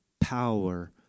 power